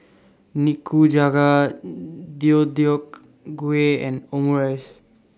Nikujaga Deodeok Gui and Omurice